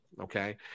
Okay